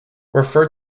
refer